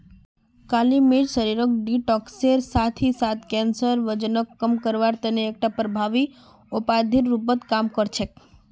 काली मिर्च शरीरक डिटॉक्सेर साथ ही साथ कैंसर, वजनक कम करवार तने एकटा प्रभावी औषधिर रूपत काम कर छेक